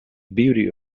beauty